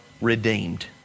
redeemed